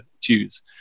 choose